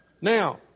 Now